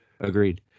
Agreed